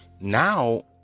Now